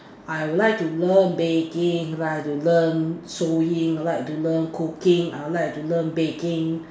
I would like to learn baking I would like to learn sewing I would like to learn cooking I would like to learn baking